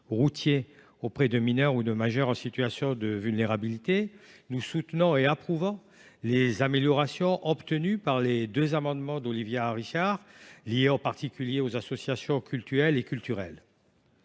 routier auprès de mineurs ou de majeurs en situation de vulnérabilité. Nous soutenons en outre les améliorations obtenues grâce aux deux amendements d’Olivia Richard, portant notamment sur les associations cultuelles et culturelles.